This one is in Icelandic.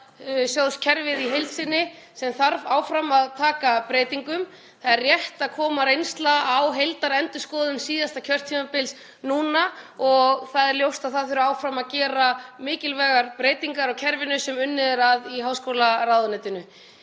menntasjóðskerfið í heild sinni sem þarf áfram að taka breytingum. Það er rétt að komin er reynsla á heildarendurskoðun síðasta kjörtímabils núna og það er ljóst að það þarf áfram að gera mikilvægar breytingar á kerfinu, sem unnið er að í háskólaráðuneytinu.